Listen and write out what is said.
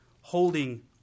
holding